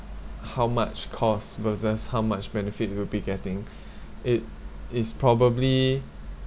how much cost versus how much benefit we'll be getting it is probably